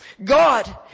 God